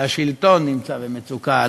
והשלטון נמצא במצוקה,